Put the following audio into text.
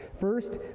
First